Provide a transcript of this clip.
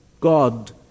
God